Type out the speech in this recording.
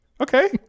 Okay